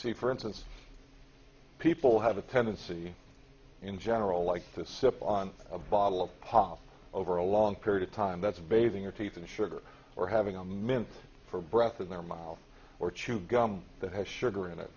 see for instance people have a tendency in general like to sip on a bottle of pop over a long period of time that's bathing your teeth and sugar or having a mint for breath in their mouth or chew gum that has sugar in it